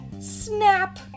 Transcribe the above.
snap